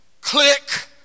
click